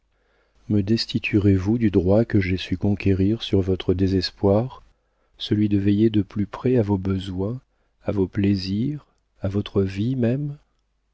jours me destituerez vous du droit que j'ai su conquérir sur votre désespoir celui de veiller de plus près à vos besoins à vos plaisirs à votre vie